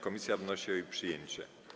Komisja wnosi o jej przyjęcie.